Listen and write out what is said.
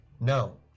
No